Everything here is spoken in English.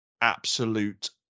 Absolute